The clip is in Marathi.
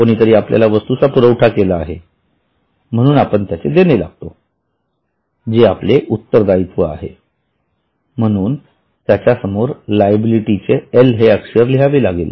कोणीतरी आपल्याला वस्तूचा पुरवठा केलेला आहे म्हणून आपण त्यांचे देणे लागतो जेआपलेउत्तरदायित्वआहेम्हणून त्याच्या समोर लायबिलिटी चे एल लिहावे लागेल